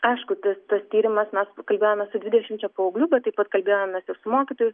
aišku tas tas tyrimas mes kalbėjome su dvidešimčia paauglių bet taip pat kalbėjomės ir su mokytojais